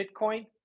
Bitcoin